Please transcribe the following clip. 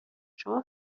شما